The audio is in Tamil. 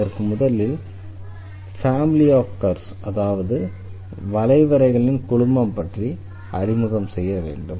அதற்கு முதலில் அதற்கு ஃபேமிலி ஆஃப் கர்வ்ஸ் அதாவது வளைவரைகளின் குழுமம் பற்றி அறிமுகம் செய்ய வேண்டும்